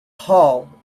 hall